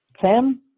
Sam